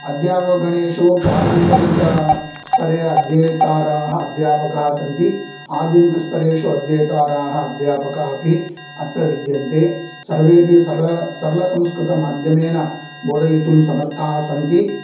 अध्यापकगणेषु पारम्परिकस्तरे अध्येताराः अध्यापकाः सन्ति आधुनिकस्तरेषु अध्येताराः अध्यापकाः अपि अत्र विद्यन्ते सर्वेपि सरल सरलसंस्कृतमाद्यमेन बोधयितुं समर्थाः सन्ति